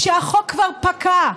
כשהחוק כבר פקע,